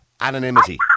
anonymity